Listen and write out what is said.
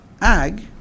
Ag